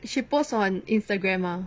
she post on Instagram ah